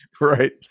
right